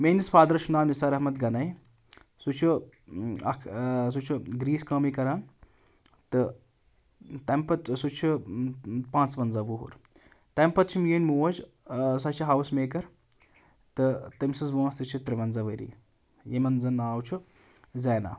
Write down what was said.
میٲنِس فادرَس چھُ ناو نثار احمد غنیے سُہ چھُ اَکھ سُہ چھُ گرٛیٖسۍ کٲمٕے کَران تہٕ تَمہِ پَتہٕ سُہ چھُ پانٛژوَنزاہ وُہُر تَمہِ پَتہٕ چھِ میٲنۍ موج سۄ چھَ ہاوُس میکَر تہٕ تٔمۍ سٕنٛز وٲنٛس تہِ چھِ تُرٛوَنزاہ ؤری یِمَن زَن ناو چھُ زینہ